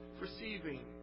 receiving